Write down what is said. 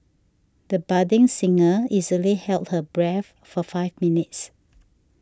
the budding singer easily held her breath for five minutes